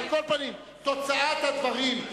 על כל פנים, תוצאת הדברים,